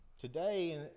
Today